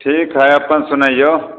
ठीक हय अपन सुनैयौ